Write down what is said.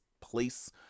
place